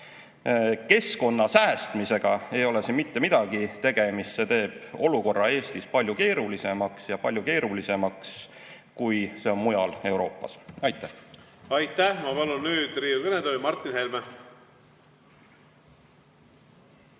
Keskkonna säästmisega ei ole siin mitte midagi tegemist. See teeb olukorra Eestis palju keerulisemaks, seejuures palju keerulisemaks, kui see on mujal Euroopas. Aitäh! Aitäh! Ma palun nüüd Riigikogu kõnetooli Martin Helme.